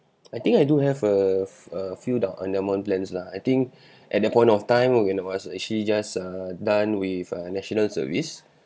I think I do have a f~ a few uh endowment plans lah I think at that point of time when I was actually just uh done with uh national service